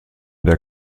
der